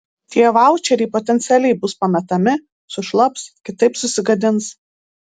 tie vaučeriai potencialiai bus pametami sušlaps kitaip susigadins